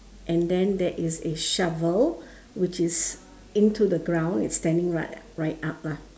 and then there is a shovel which is into the ground it's standing right right up lah